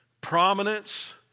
prominence